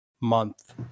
month